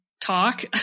talk